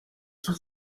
tout